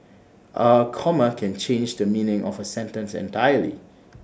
A comma can change the meaning of A sentence entirely